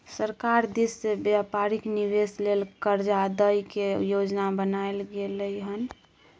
सरकार दिश से व्यापारिक निवेश लेल कर्जा दइ के योजना बनाएल गेलइ हन